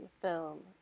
film